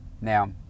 now